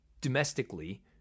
domestically